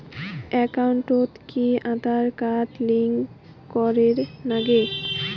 একাউন্টত কি Aadhaar card link করের নাগে?